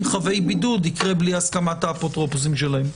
חבי בידוד יקרה בלי הסכמת האפוטרופוסים שלהם.